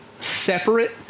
separate